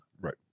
Right